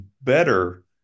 better